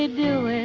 ah do